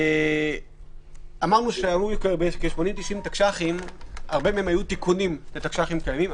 אמרנו שהיו כ-90-80 תקש"חים שהרבה מהם היו תיקונים לתקש"חים קיימים.